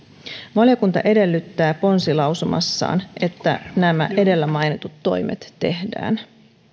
valiokunta edellyttää ponsilausumassaan että nämä edellä mainitut toimet tehdään